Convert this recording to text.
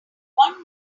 one